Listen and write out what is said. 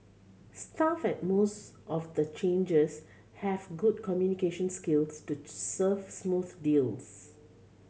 staff at most of the changers have good communication skills to serve smooth deals